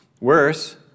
Worse